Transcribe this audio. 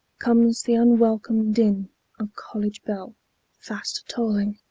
comes the unwelcome din of college-bell fast tolling.